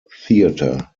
theater